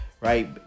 right